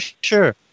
sure